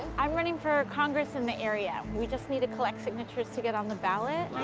i'm running for congress in the area. we just need to collect signatures to get on the ballot.